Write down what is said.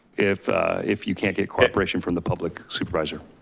if if you can't get cooperation from the public, supervisor.